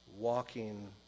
walking